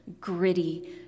gritty